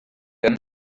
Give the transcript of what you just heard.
and